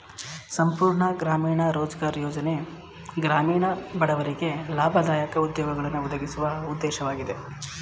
ಸಂಪೂರ್ಣ ಗ್ರಾಮೀಣ ರೋಜ್ಗಾರ್ ಯೋಜ್ನ ಗ್ರಾಮೀಣ ಬಡವರಿಗೆ ಲಾಭದಾಯಕ ಉದ್ಯೋಗಗಳನ್ನು ಒದಗಿಸುವ ಉದ್ದೇಶವಾಗಿದೆ